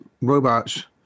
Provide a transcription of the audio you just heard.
robots